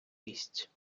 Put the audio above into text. місць